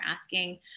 asking